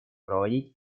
проводить